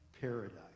paradise